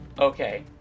okay